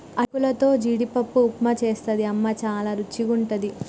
అటుకులతో జీడిపప్పు ఉప్మా చేస్తది అమ్మ చాల రుచిగుంటది